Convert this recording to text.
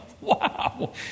Wow